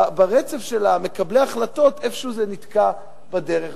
ברצף של מקבלי ההחלטות זה איפשהו נתקע בדרך,